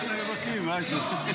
העובדה שיו"ר הכנסת,